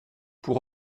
pour